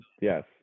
Yes